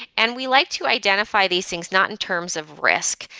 and we like to identify the things not in terms of risk,